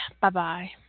Bye-bye